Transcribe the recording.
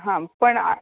हा पण आ